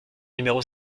numéro